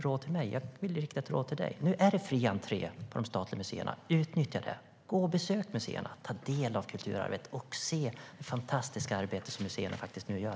Jag vill ge ett råd till dig, Aron Emilsson. Nu är det fri entré på de statliga museerna. Utnyttja det! Besök museerna, ta del av kulturarvet och se det fantastiska arbete som museerna nu faktiskt gör.